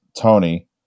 Tony